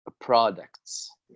products